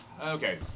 Okay